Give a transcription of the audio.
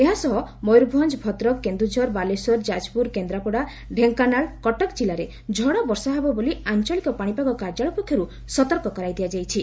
ଏହା ସହ ମୟରଭଞ୍ଞ ଭଦ୍ରକ କେନ୍ଦୁଝର ବାଲେଶ୍ୱର ଯାଜପୁର କେନ୍ଦ୍ରାପଡ଼ା ଡେଙ୍କାନାଳ କଟକ ଜିଲ୍ଲାରେ ଝଡ଼ବର୍ଷା ହେବ ବୋଲି ଆଞ୍ଚଳିକ ପାଶିପାଗ କାର୍ଯ୍ୟାଳୟ ପକ୍ଷରୁ ସତର୍କ କରାଯାଇଛି